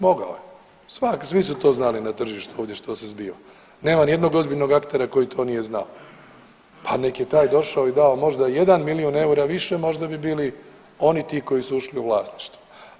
Mogao je, svi su to znali na tržištu ovdje što se zbiva, nema ni jednog ozbiljnog aktera koji to nije znao, pa nek je taj došao i dao možda jedan milijun eura više možda bi bili oni ti koji su ušli u vlasništvo.